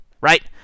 right